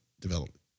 development